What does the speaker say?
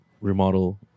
remodel